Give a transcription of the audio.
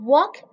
Walk